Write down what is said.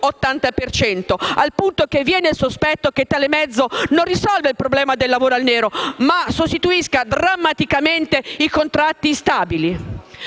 cento, al punto che viene il sospetto che tale mezzo non risolva il problema del lavoro nero, ma sostituisca drammaticamente i contratti stabili.